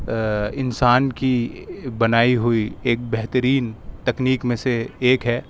انسان کی بنائی ہوئی ایک بہترین تکنیک میں سے ایک ہے